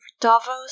Davos